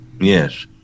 yes